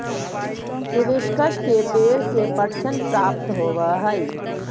hibiscus के पेंड़ से पटसन प्राप्त होव हई